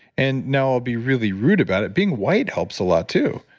and now i'll be really rude about it, being white helps a lot too.